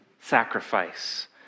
sacrifice